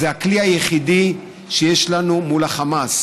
זה הכלי היחידי שיש לנו מול החמאס,